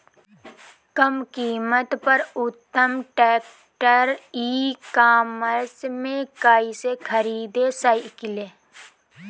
कम कीमत पर उत्तम ट्रैक्टर ई कॉमर्स से कइसे खरीद सकिले?